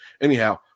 anyhow